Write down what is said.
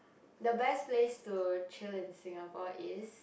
the best place to chill in Singapore is